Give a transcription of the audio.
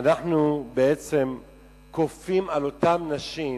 אנחנו בעצם כופים על אותן נשים,